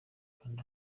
kanda